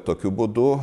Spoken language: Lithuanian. tokiu būdu